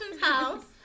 House